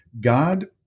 God